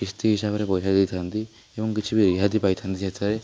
କିସ୍ତି ହିସାବରେ ପଇସା ଦେଇଥାନ୍ତି ଏବଂ କିଛି ବି ରିହାତି ପାଇଥାନ୍ତି ସେଇଥିରେ